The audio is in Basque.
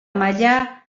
maila